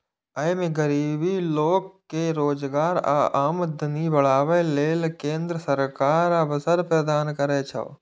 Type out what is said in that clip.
अय मे गरीब लोक कें रोजगार आ आमदनी बढ़ाबै लेल केंद्र सरकार अवसर प्रदान करै छै